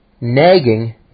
nagging